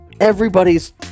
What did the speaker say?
Everybody's